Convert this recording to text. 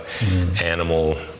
animal